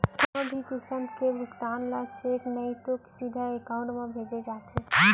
कोनो भी किसम के भुगतान ल चेक नइ तो सीधा एकाउंट म भेजे जाथे